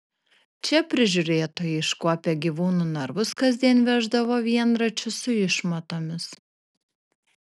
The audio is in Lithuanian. čia prižiūrėtojai iškuopę gyvūnų narvus kasdien veždavo vienračius su išmatomis